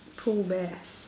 Pooh bear